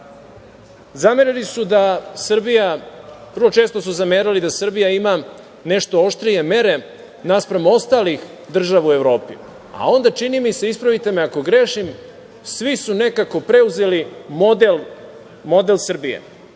u borbi sa pandemijom. Vrlo često su zamerali da Srbija ima nešto oštrije mere naspram ostalih država u Evropi, a onda, čini mi se, ispravite me ako grešim, svi su nekako preuzeli model Srbije.